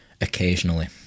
occasionally